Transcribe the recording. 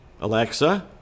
Alexa